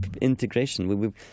integration